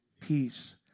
Peace